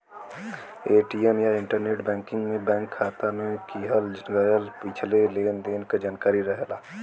ATM या internet banking में bank खाता में किहल गयल पिछले लेन देन क जानकारी रहला